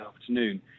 afternoon